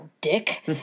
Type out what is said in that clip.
dick